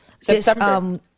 September